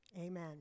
amen